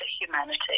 humanity